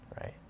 right